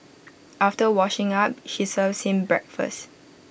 after washing up she serves him breakfast